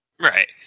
Right